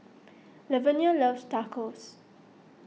Lavenia loves Tacos